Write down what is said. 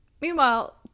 meanwhile